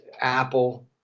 apple